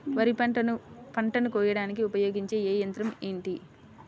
వరిపంటను పంటను కోయడానికి ఉపయోగించే ఏ యంత్రం ఏమిటి?